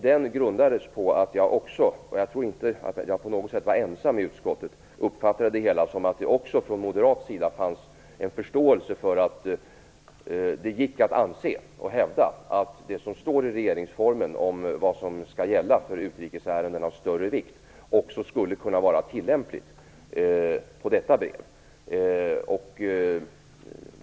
Den grundades på att jag också - jag tror inte att jag på något sätt var ensam om det i utskottet - uppfattade det hela som att det också från moderat sida fanns en förståelse för att det gick att anse och hävda att det som står i regeringsformen om vad som skall gälla för utrikesärenden av större vikt också skulle kunna vara tillämpligt på detta brev.